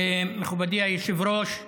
מכובדי היושב-ראש,